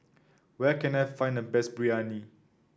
where can I find the best Biryani